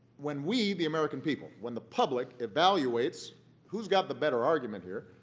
when we, the american people, when the public evaluates who's got the better argument here,